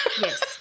yes